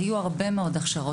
היו הרבה מאוד הכשרות.